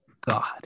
God